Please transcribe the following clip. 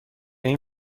این